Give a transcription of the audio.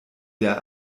der